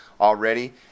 already